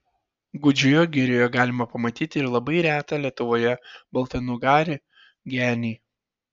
gūdžioje girioje galima pamatyti ir labai retą lietuvoje baltnugarį genį